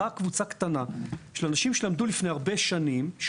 קבוצה קטנה של אנשים שלמדו לפני הרבה שנים,